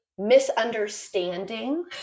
misunderstanding